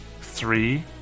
three